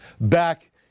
back